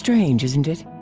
strange, isn't it?